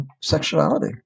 sexuality